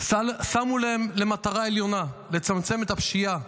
שמו להם למטרה עליונה לצמצם את הפשיעה